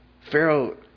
Pharaoh